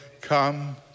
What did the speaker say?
come